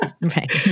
Right